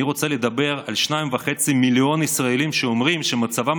אני רוצה לדבר על 2.5 מיליון ישראלים שאומרים שמצבם